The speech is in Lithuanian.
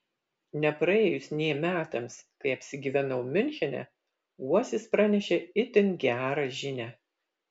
nepraėjus nė metams kai apsigyvenau miunchene uosis pranešė itin gerą žinią